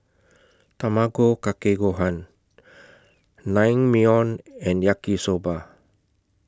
Tamago Kake Gohan Naengmyeon and Yaki Soba